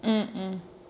mm mm